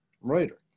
writer